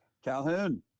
Calhoun